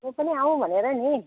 म पनि आउँ भनेर नि